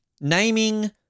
naming